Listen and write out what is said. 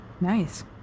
Nice